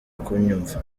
kunyumva